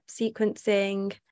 sequencing